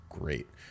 great